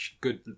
good